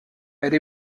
elle